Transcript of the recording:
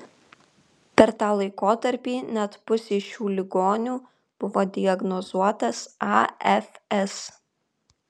per tą laikotarpį net pusei šių ligonių buvo diagnozuotas afs